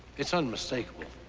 it's unmistakable.